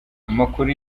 amakuru